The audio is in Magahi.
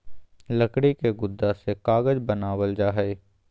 लकड़ी के गुदा से कागज बनावल जा हय